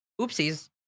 oopsies